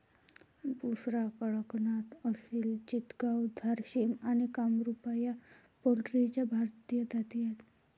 बुसरा, कडकनाथ, असिल चितगाव, झारसिम आणि कामरूपा या पोल्ट्रीच्या भारतीय जाती आहेत